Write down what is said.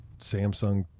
samsung